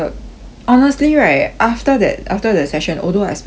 honestly right after that after the session although I spend quite a fair bit ah